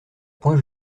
point